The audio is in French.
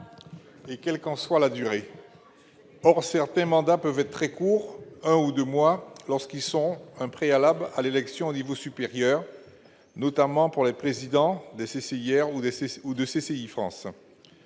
et quelle qu'en soit la durée. Or certains mandats peuvent être très courts- un ou deux mois -lorsqu'ils sont un préalable à l'élection au niveau supérieur, notamment pour les présidences de CCIR ou de CCI France.